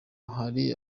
hari